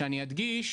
כשאני אדגיש,